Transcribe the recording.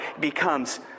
becomes